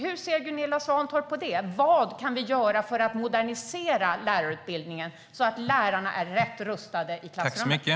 Hur ser Gunilla Svantorp på det? Vad kan vi göra för att modernisera lärarutbildningen så att lärarna är rätt rustade i klassrummet?